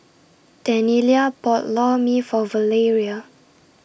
Daniella bought Lor Mee For Valeria